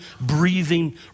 breathing